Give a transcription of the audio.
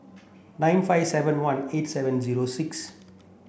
nine five seven one eight seven zero six